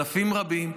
אלפים רבים.